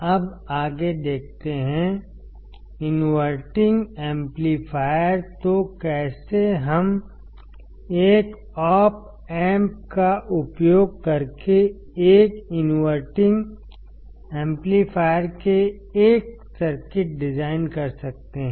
अब आगे देखते हैं इनवर्टिंग एम्पलीफायर तो कैसे हम एक ऑप एम्प का उपयोग करके एक इनवर्टिंग एम्पलीफायर के एक सर्किट डिजाइन कर सकते हैं